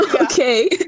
Okay